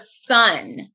son